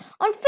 on